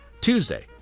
Tuesday